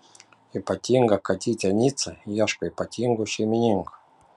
ypatinga katytė nica ieško ypatingų šeimininkų